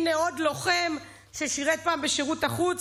הינה עוד לוחם ששירת פעם בשירות החוץ,